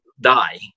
die